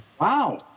wow